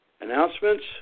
Announcements